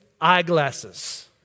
eyeglasses